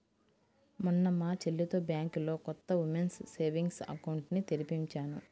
మొన్న మా చెల్లితో బ్యాంకులో కొత్త ఉమెన్స్ సేవింగ్స్ అకౌంట్ ని తెరిపించాను